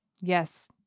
Yes